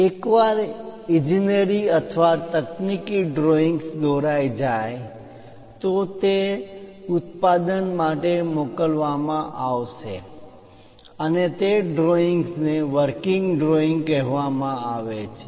એકવાર ઇજનેરી અથવા તકનીકી ડ્રોઇંગ્સ દોરાઈ જાય તો તે ઉત્પાદન માટે મોકલવામાં આવશે અને તે ડ્રોઇંગ્સ ને વર્કિંગ ડ્રોઇંગ કહેવામાં આવે છે